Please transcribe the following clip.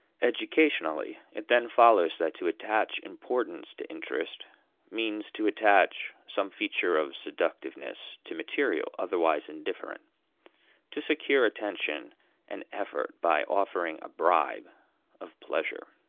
educationally, it then follows that to attach importance to interest means to attach some feature of seductiveness to material otherwise indifferent to secure attention and effort by offering a bribe of pleasure.